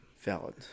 Valid